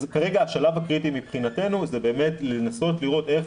כרגע השלב הקריטי מבחינתנו זה באמת לנסות לראות איך